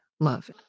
love